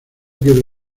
quiero